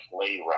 playwright